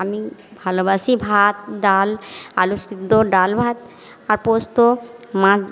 আমি ভালোবাসি ভাত ডাল আলু সিদ্ধ ডাল ভাত আর পোস্ত মাছ